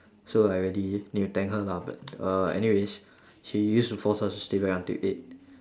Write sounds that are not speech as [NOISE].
so I really need to thank her lah but [NOISE] uh anyways she used to force us to stay back until eight